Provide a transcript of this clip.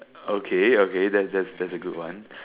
okay okay that's that's a good one